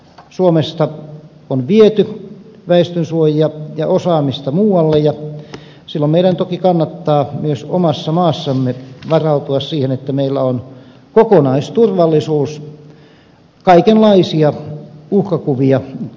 suomesta on viety väestönsuojia ja osaamista muualle ja silloin meidän toki kannattaa myös omassa maassamme varautua siihen että meillä on kokonaisturvallisuus kaikenlaisia uhkakuvia kohtaan